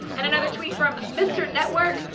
and another tweet from mr. network,